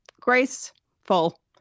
graceful